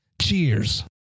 Cheers